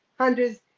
hundreds